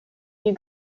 you